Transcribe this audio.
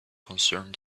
concerned